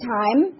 time